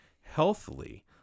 healthily